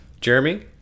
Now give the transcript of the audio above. Jeremy